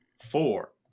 four